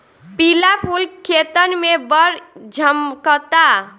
पिला फूल खेतन में बड़ झम्कता